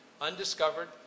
undiscovered